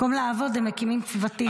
במקום לעבוד הם מקימים צוותים.